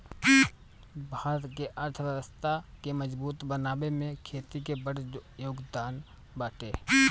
भारत के अर्थव्यवस्था के मजबूत बनावे में खेती के बड़ जोगदान बाटे